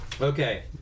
Okay